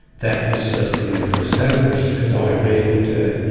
that was certainly never established. as i read it, ah you